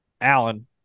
Allen